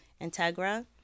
Integra